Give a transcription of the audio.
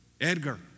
Edgar